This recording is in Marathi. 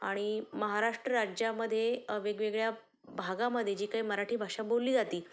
आणि महाराष्ट्र राज्यामध्ये वेगवेगळ्या भागामध्ये जी काही मराठी भाषा बोलली जाते